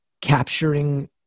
capturing